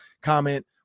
comment